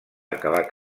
acabar